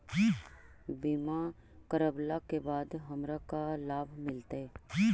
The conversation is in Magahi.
बीमा करवला के बाद हमरा का लाभ मिलतै?